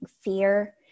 fear